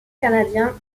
canadien